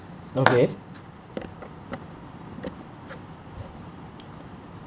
okay